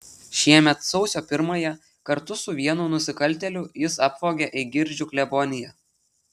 šiemet sausio pirmąją kartu su vienu nusikaltėliu jis apvogė eigirdžių kleboniją